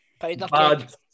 bad